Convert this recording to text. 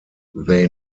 they